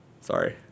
Sorry